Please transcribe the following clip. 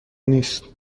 نیست